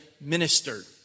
ministered